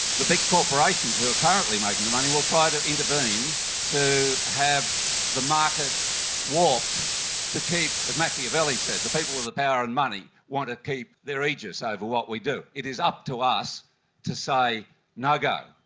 the big corporations who are currently making the money will try to intervene to have the market warped to keep, as machiavelli said, the people with the power and money want to keep their aegis over what we do. it is up to us to say no go.